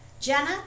Jenna